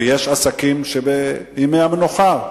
ויש עסקים שמתנהלים בימי המנוחה,